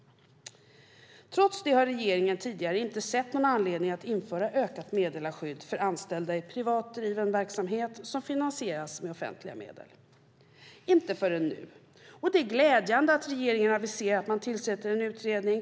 Trots det har regeringen inte tidigare sett någon anledning att införa ökat meddelarskydd för anställda i privat driven verksamhet som finansieras med offentliga medel, inte förrän nu. Det är glädjande att regeringen aviserar att man tillsätter en utredning.